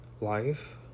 life